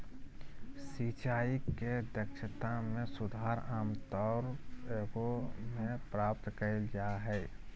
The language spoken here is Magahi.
सिंचाई के दक्षता में सुधार आमतौर एगो में प्राप्त कइल जा हइ